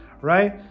right